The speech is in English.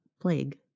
plague